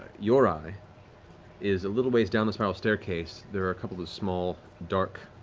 your eye is a little ways down the spiral staircase, there are a couple of small, dark,